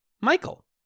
Michael